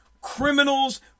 criminals